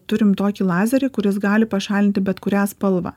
turim tokį lazerį kuris gali pašalinti bet kurią spalvą